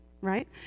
right